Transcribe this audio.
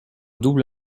double